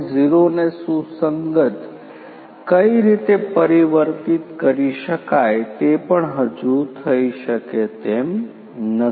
૦ ને સુસંગત કઈ રીતે પરિવર્તિત કરી શકાય તે પણ હજુ થઈ શકે તેમ નથી